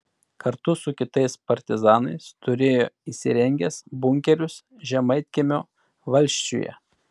kartu su kitais partizanais turėjo įsirengęs bunkerius žemaitkiemio valsčiuje